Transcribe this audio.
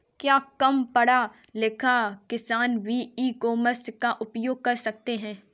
क्या कम पढ़ा लिखा किसान भी ई कॉमर्स का उपयोग कर सकता है?